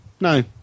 No